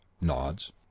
nods